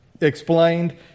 explained